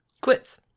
Quits